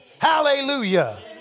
Hallelujah